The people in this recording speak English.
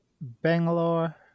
Bangalore